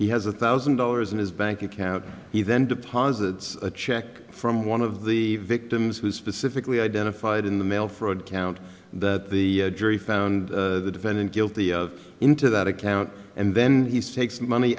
he has a thousand dollars in his bank account he then deposits a check from one of the victims who specifically identified in the mail fraud count that the jury found the defendant guilty of into that account and then he's takes money